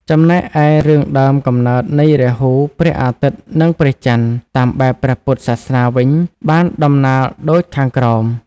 ចំណែកឯរឿងដើមកំណើតនៃរាហូ ព្រះអាទិត្យ និងព្រះចន្ទ (តាមបែបព្រះពុទ្ធសាសនា)វិញបានតំណាល់ដូចខាងក្រោម។